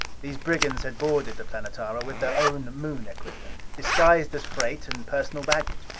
these brigands had boarded the planetara with their own moon equipment, disguised as freight and personal baggage.